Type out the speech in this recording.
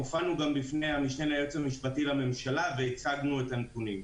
הופענו גם בפני המשנה ליועץ המשפטי לממשלה והצגנו את הנתונים.